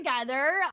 together